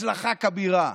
הצלחה כבירה,